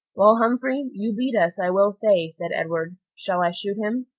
well, humphrey, you beat us, i will say, said edward. shall i shoot him?